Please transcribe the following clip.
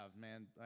man